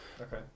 okay